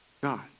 God